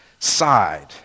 side